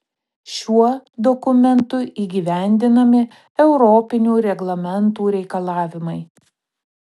šiuo dokumentu įgyvendinami europinių reglamentų reikalavimai